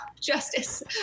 justice